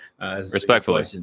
Respectfully